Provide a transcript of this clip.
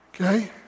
Okay